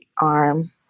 arm